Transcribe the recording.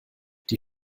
die